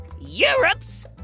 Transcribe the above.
Europe's